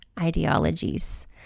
ideologies